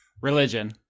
religion